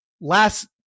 Last